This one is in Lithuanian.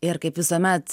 ir kaip visuomet